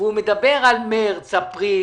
והוא מדבר על מרץ-אפריל-מאי.